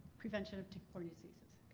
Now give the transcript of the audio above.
prevention of tick-borne diseases.